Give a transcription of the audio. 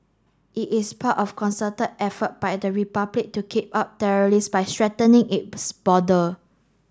it is part of a concerted effort by the Republic to keep out terrorists by strengthening its border